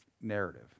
narrative